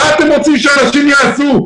מה אתם רוצים שאנשים יעשו?